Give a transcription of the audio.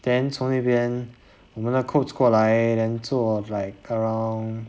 then 从那边我们的 coach 过来 then 坐 like around